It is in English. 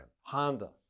Honda